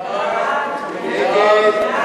מי נמנע?